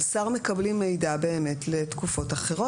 על שר מקבלים מידע באמת לתקופות אחרות.